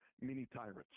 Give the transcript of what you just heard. mini-tyrants